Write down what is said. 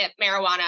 marijuana